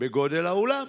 בגודל האולם.